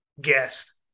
guest